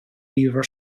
weaver